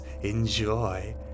enjoy